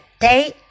day